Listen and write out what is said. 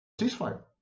Ceasefire